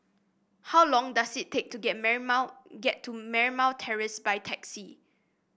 how long does it take to get Marymount get to Marymount Terrace by taxi